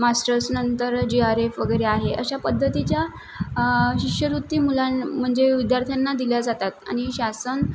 मास्टर्सनंतर J R F वगैरे आहे अशा पद्धतीच्या शिष्यवृत्ती मुलां म्हणजे विद्यार्थ्यांना दिल्या जातात आणि शासन